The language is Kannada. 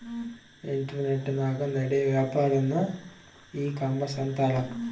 ಇಂಟರ್ನೆಟನಾಗ ನಡಿಯೋ ವ್ಯಾಪಾರನ್ನ ಈ ಕಾಮರ್ಷ ಅಂತಾರ